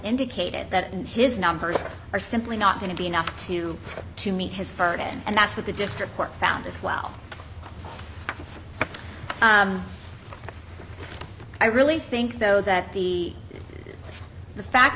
indicated that his numbers are simply not going to be enough to to meet his first and that's what the district court found as well i really think though that the the fact